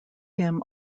him